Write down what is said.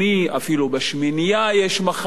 אפילו בשמינייה יש מחנות,